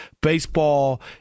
Baseball